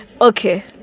Okay